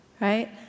Right